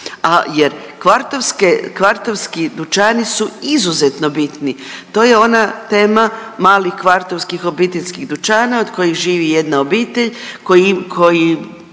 kvartovski dućani su izuzetno bitni, to je ona tema malih kvartovskih obiteljskih dućana od kojih živi jedna obitelj koji